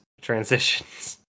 transitions